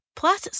plus